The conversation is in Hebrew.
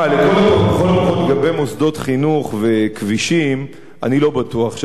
לכל הפחות לגבי מוסדות חינוך וכבישים אני לא בטוח שאתה צודק.